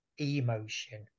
emotion